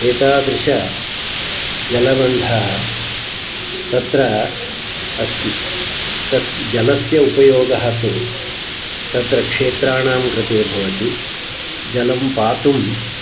एतादृशः जलबन्धः तत्र अस्ति तस्य जलस्य उपयोगः तु तत्र क्षेत्राणां कृते भवति जलं पातुम्